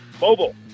mobile